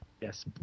Yes